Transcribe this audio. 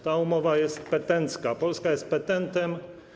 Ta umowa jest petencka, Polska jest petentem.